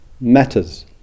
matters